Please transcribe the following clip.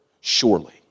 Surely